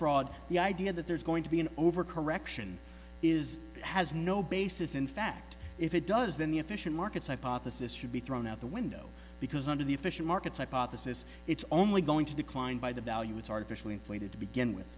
fraud the idea that there's going to be an over correction is has no basis in fact if it does then the efficient markets hypothesis should be thrown out the window because under the efficient markets hypothesis it's only going to decline by the value it's artificially inflated to begin with